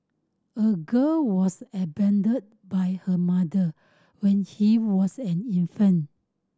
a girl was abandoned by her mother when he was an infant